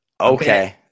Okay